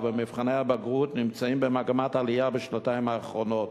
ובמבחני הבגרות במגמת עלייה בשנתיים האחרונות.